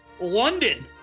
London